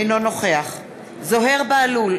אינו נוכח זוהיר בהלול,